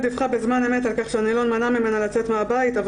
"העוררת דיווחה בזמן אמת על-כך שהנלון מנע ממנה לצאת מהבית אבל